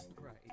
Right